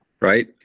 right